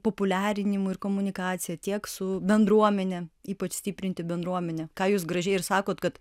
populiarinimu ir komunikacija tiek su bendruomene ypač stiprinti bendruomenę ką jūs gražiai ir sakot kad